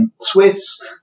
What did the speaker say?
Swiss